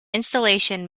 installation